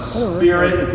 spirit